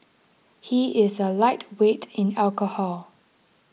he is a lightweight in alcohol